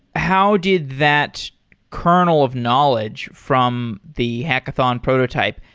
how did that kernel of knowledge from the hackathon prototype,